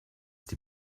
die